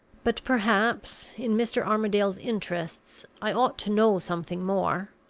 but, perhaps, in mr. armadale's interests, i ought to know something more,